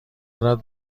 دارد